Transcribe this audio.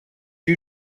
you